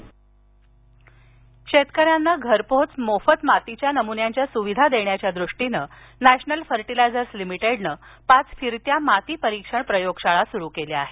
खते शेतकऱ्यांना घरपोहोच मोफत मातीच्या नमुन्याच्या सुविधा देण्याच्या दृष्टिनं नॅशनल फर्टिलायझर्स लिमिटेडनं पाच फिरत्या माती परीक्षण प्रयोगशाळा सुरु केल्या आहेत